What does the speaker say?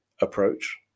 approach